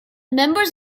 members